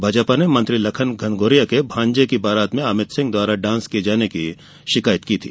भाजपा ने मंत्री लखन घनघोरिया के भांजे की बारात में अमित सिंह द्वारा डांस किये जाने की शिकायत की थी